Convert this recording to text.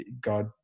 God